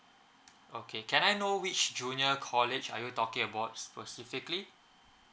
okay can I know which junior college are you talking about specifically